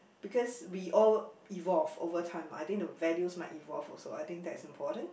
because we all evolve over time I think the values might evolve also I think that's important